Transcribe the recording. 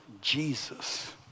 Jesus